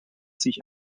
sich